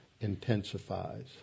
intensifies